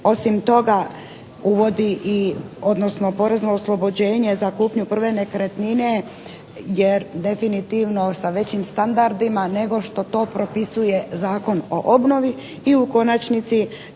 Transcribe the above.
Osim toga uvodi i odnosno porezno oslobođenje za kupnju prve nekretnine, jer definitivno sa većim standardima nego što to propisuje Zakon o obnovi. I u konačnici